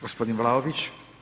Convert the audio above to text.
Gospodin Vlaović.